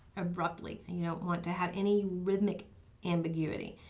abruptly you don't want to have any rhythmic ambiguity.